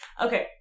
Okay